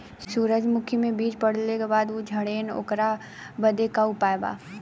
सुरजमुखी मे बीज पड़ले के बाद ऊ झंडेन ओकरा बदे का उपाय बा?